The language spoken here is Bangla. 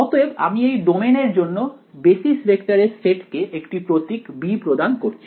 অতএব আমি এই ডোমেইনের জন্য বেসিস ভেক্টরের সেট কে একটি প্রতীক b প্রদান করছি